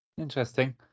Interesting